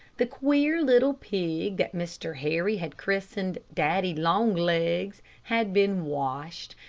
the queer little pig that mr. harry had christened daddy longlegs, had been washed,